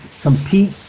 compete